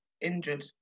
injured